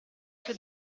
sue